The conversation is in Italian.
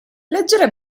leggere